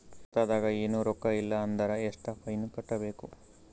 ಖಾತಾದಾಗ ಏನು ರೊಕ್ಕ ಇಲ್ಲ ಅಂದರ ಎಷ್ಟ ಫೈನ್ ಕಟ್ಟಬೇಕು?